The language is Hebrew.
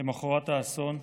למוחרת האסון.